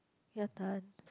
your turn